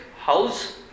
house